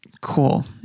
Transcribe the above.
Cool